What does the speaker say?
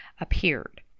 appeared